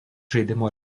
žaidimo